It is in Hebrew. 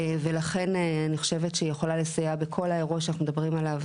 ולכן אני חושבת שהיא יכולה לסייע בכל האירוע שאנחנו מדברים עליו,